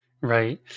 Right